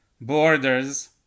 borders